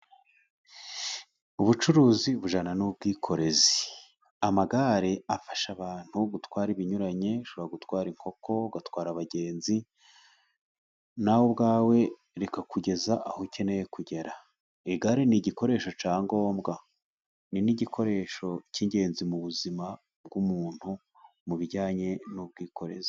Ubucuruzi bujyana n'ubwikorezi, amagare afasha abantu gutwara ibinyuranye ushobora gutwara inkoko, ugatwara abagenzi nawe ubwawe reka kugeza aho ukeneye kugera. Igare n'igikoresho cya ngombwa n'igikoresho cy'ingenzi mu buzima bw'umuntu mu bijyanye n'ubwikorezi.